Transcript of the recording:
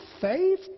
faith